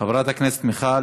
חברת הכנסת מיכל